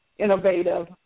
innovative